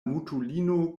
mutulino